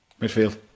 Midfield